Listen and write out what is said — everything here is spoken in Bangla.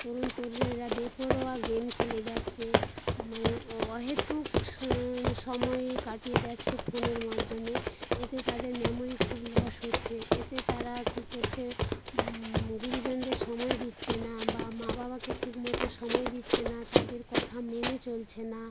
তরুণ তরুণীরা বেপরোয়া গেম খেলে যাচ্ছে মানে অ অহেতুক স সময় কাটিয়ে যাচ্ছে ফোনের মাধ্যমে এতে তাদের মেমোরি খুব লস হচ্ছে এতে তারা কী করছে গুরুজনদের সময় দিচ্ছে না বা মা বাবাকে ঠিকমতো সময় দিচ্ছে না তাদের কথা মেনে চলছে না